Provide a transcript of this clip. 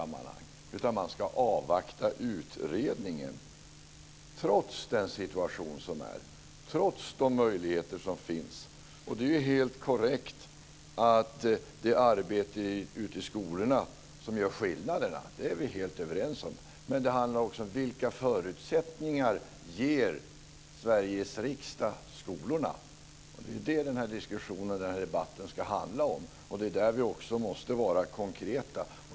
Man ska avvakta utredningen, trots den situation som råder, trots de möjligheter som finns. Det är helt korrekt att det är arbetet i skolorna som gör skillnaden. Det är vi helt överens om. Men det handlar också om vilka förutsättningar som Sveriges riksdag ger skolorna. Det är det den här diskussionen ska handla om. Det är där vi måste vara konkreta.